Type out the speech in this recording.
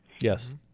Yes